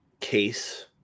case